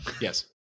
Yes